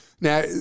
Now